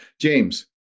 James